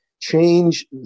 change